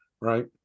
right